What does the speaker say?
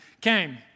came